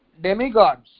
demigods